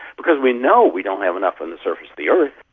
because we know we don't have enough on the surface of the earth.